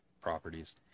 properties